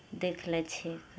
देख लै छियै